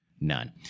None